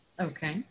Okay